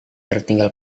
tertinggal